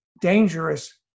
dangerous